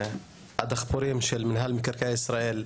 הדחפורים של מנהל מקרקעי ישראל,